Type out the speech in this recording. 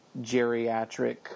geriatric